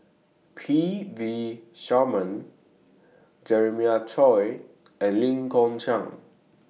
P V Sharma Jeremiah Choy and Lee Kong Chian